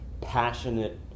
passionate